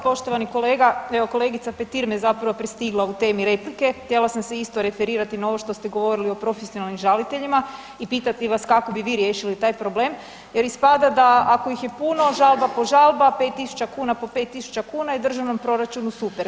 Poštovani kolega, evo kolegica Petir me zapravo prestigla u temi replike, htjela sam se isto referirati na ovo što ste govorili o profesionalnim žaliteljima i pitati vas kako bi riješili taj problem jer ispada da, ako ih je puno, žalba po žalba, 5000 kn po 5000 kn i državnom proračunu super.